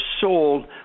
sold